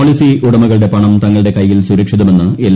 policy ഉടമകളുടെ പണം തങ്ങളുടെ കൈയ്യിൽ സുരക്ഷിതമെന്ന് എൽ